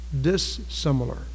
dissimilar